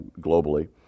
globally